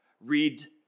read